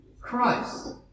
Christ